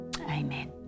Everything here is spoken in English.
amen